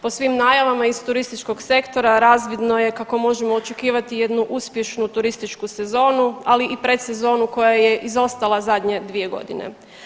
Po svim najavama iz turističkog sektora razvidno je kako možemo očekivati jednu uspješnu turističku sezonu, ali i predsezonu koja je izostala zadnje dvije godine.